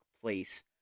place